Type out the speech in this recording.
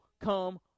come